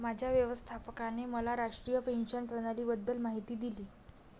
माझ्या व्यवस्थापकाने मला राष्ट्रीय पेन्शन प्रणालीबद्दल माहिती दिली